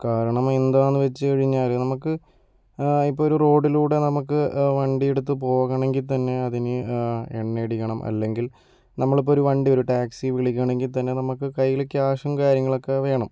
കാരണം എന്താന്ന് വെച്ച് കഴിഞ്ഞാൽ നമ്മക്ക് ഇപ്പോൾ ഒരു റോഡിലൂടെ നമ്മക്ക് വണ്ടി എടുത്ത് പോകണെങ്കിൽ തന്നെ അതിന് എണ്ണ അടിക്കണം അല്ലെങ്കിൽ നമ്മളിപ്പോൾ ഒരു വണ്ടി ഒരു ടാക്സി വിളിക്കണങ്കിത്തന്നെ നമുക്ക് കയ്യില് ക്യാഷും കാര്യങ്ങളൊക്കെ വേണം